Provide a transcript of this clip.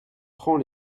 prends